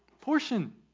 portion